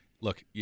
Look